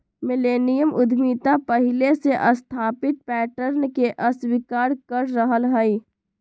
millennium उद्यमिता पहिले से स्थापित पैटर्न के अस्वीकार कर रहल हइ